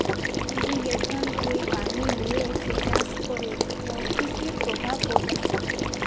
irrigation এ পানি লিয়ে এসে চাষ করে প্রকৃতির প্রভাব পড়তিছে